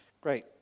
Great